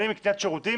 בין אם בקניית שירותים